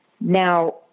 Now